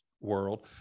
world